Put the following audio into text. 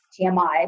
TMI